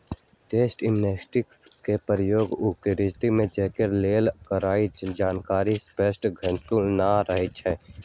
tax amnesty के प्रयोग उ व्यक्ति के जोरेके लेल करइछि जिनकर संपत्ति घोषित न रहै छइ